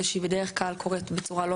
זה שהיא בדרך כלל קורית בצורה לא